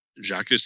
Jacques